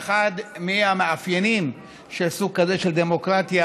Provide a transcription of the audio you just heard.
ואחד מהמאפיינים של סוג כזה של דמוקרטיה,